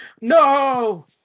No